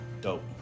Dope